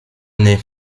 année